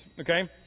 Okay